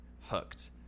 hooked